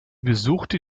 besuchte